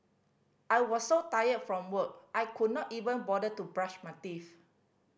I was so tired from work I could not even bother to brush my teeth